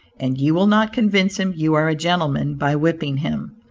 and you will not convince him you are a gentleman by whipping him.